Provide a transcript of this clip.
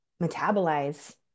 metabolize